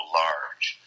large